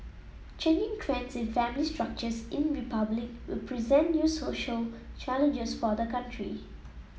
changing trends in family structures in Republic will present new social challenges for the country